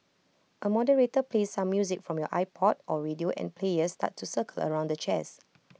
A moderator plays some music from your iPod or radio and players start to circle around the chairs